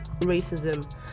racism